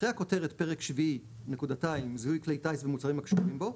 אחרי הכותרת "פרק שביעי: זיהוי כלי טיס ומוצרים הקשורים בו",